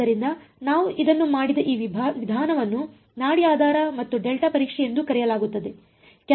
ಆದ್ದರಿಂದ ನಾವು ಇದನ್ನು ಮಾಡಿದ ಈ ವಿಧಾನವನ್ನು ನಾಡಿ ಆಧಾರ ಮತ್ತು ಡೆಲ್ಟಾ ಪರೀಕ್ಷೆ ಎಂದೂ ಕರೆಯಲಾಗುತ್ತದೆ